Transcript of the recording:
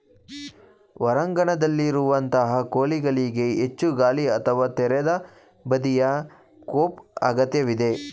ಹೊರಾಂಗಣದಲ್ಲಿರುವಂತಹ ಕೋಳಿಗಳಿಗೆ ಹೆಚ್ಚು ಗಾಳಿ ಅಥವಾ ತೆರೆದ ಬದಿಯ ಕೋಪ್ ಅಗತ್ಯವಿದೆ